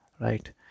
right